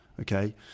okay